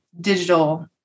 digital